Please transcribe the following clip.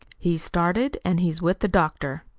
he's started, and he's with the doctor.